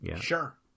Sure